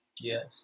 Yes